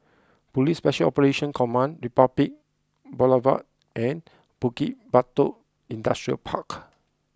police Special Operations Command Republic Boulevard and Bukit Batok Industrial Park